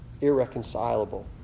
irreconcilable